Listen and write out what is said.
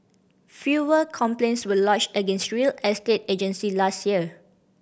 fewer complaints were lodged against real estate agency last year